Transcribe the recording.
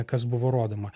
kas buvo rodoma